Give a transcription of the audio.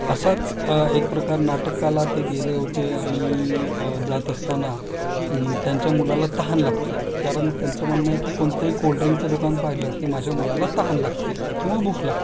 असाच एक प्रकार नाटकला ते गेले होते आणि जात असताना त्यांच्या मुलाला तहान लागते कारण त्यांचं म्हणणं आहे की कोणतंही कोल्ड्रिंकचं दुकान पाहिलं की माझ्या मुलाला तहान लागते किंवा भूक लागते